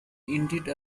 indeed